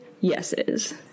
yeses